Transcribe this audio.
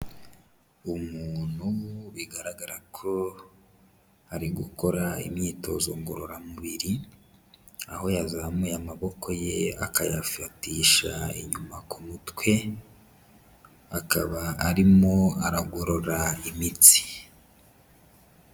Umuntu bigaragara ko ari gukora imyitozo ngororamubiri, aho yazamuye amaboko ye akayafatisha inyuma ku mutwe, akaba arimo aragorora imitsi.